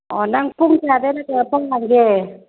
ꯑꯣ ꯅꯪ ꯄꯨꯡ ꯀꯌꯥꯗꯒꯤꯅ ꯀꯌꯥ ꯐꯥꯎꯕ ꯍꯥꯡꯒꯦ